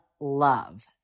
love